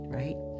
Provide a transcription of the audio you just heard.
right